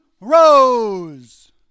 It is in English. Rose